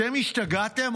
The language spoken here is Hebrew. אתם השתגעתם?